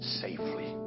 safely